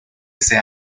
ese